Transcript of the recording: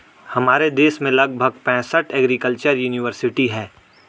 हमारे देश में लगभग पैंसठ एग्रीकल्चर युनिवर्सिटी है